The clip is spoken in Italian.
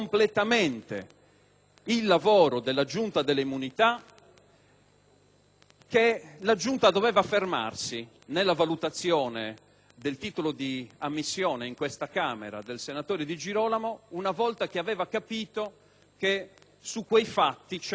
che la Giunta doveva fermarsi nella valutazione del titolo di ammissione in questa Camera del senatore Di Girolamo una volta che aveva capito che su quei fatti era in corso un'indagine penale. Vi assicuro che questo noi l'abbiamo capito da subito,